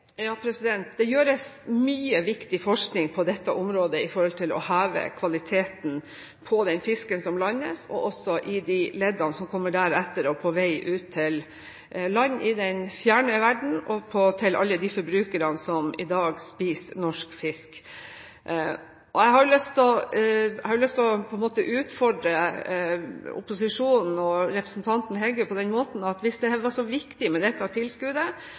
Det gjøres mye viktig forskning på dette området for å heve kvaliteten på den fisken som landes, også i de leddene som kommer etter, på vei ut til land i den fjerne verden og til alle de forbrukerne som i dag spiser norsk fisk. Jeg har lyst til å utfordre opposisjonen og representanten Heggø på denne måten: Hvis det var så viktig med dette tilskuddet,